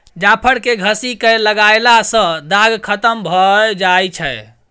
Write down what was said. जाफर केँ घसि कय लगएला सँ दाग खतम भए जाई छै